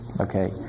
Okay